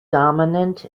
dominant